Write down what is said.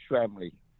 family